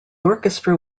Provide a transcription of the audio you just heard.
orchestra